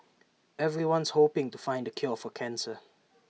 everyone's hoping to find the cure for cancer